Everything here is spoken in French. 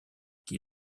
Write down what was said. qui